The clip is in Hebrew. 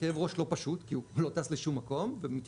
כאב ראש לא פשוט כי הוא לא טס לשום מקום ומתייחסים